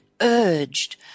urged